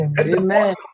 Amen